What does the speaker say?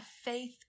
faith